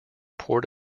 port